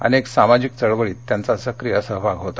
अनेक सामाजिक चळवळीत त्यांचा सक्रिय सहभाग होता